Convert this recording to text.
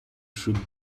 should